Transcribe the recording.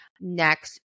Next